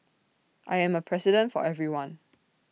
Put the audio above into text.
I am A president for everyone